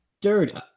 Dirty